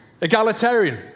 egalitarian